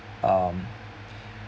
um